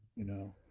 you know,